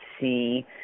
see